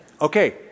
Okay